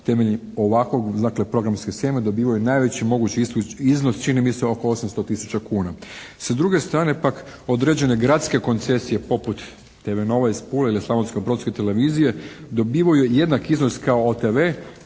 temeljem ovakvog, dakle programske sheme dobivaju najveći mogući iznos, čini mi se oko 800 tisuća kuna. Sa druge strane pak određene gradske koncesije poput TV Nova iz Pule ili Slavonsko-brodske televizije dobivaju jednak iznos kao OTV